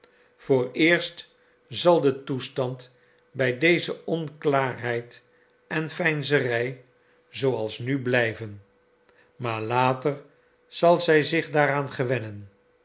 vooreerst zal de toestand bij deze onklaarheid en veinzerij zooals nu blijven maar later zal zij zich daaraan gewennen